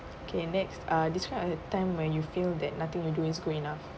okay next uh describe a time when you feel that nothing you do is good enough